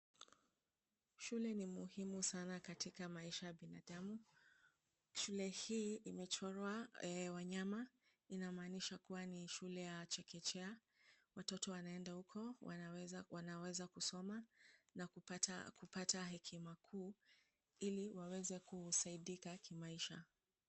Shule ni muhimu sana katika maisha ya binadamu. Shule hii imechorwa wanyama. Inamaanisha kuwa ni shule ya chekechea. Watoto wanaenda huko wanaweza kusoma na kupata hekima kuu ili waweze kusaidika kimaisha.